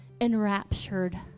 enraptured